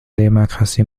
démocratie